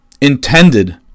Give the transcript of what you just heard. intended